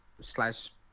slash